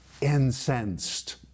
incensed